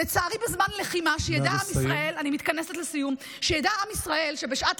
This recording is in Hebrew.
לצערי, בזמן לחימה, שידע עם ישראל, נא לסיים.